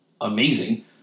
amazing